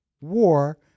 war